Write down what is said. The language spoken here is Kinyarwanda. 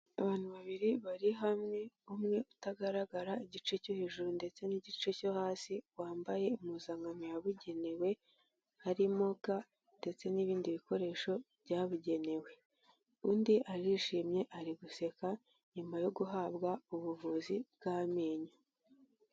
Abantu babiri bari hamwe umwe utagaragara igice cyo hejuru ndetse n'igice cyo hasi wambaye impuzankano yabugenewe harimo ga ndetse n'ibindi bikoresho byabugenewe undi arishimye ari guseka nyuma yo guhabwa ubuvuzi bw'amenyo.